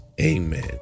Amen